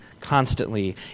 constantly